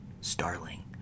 Starling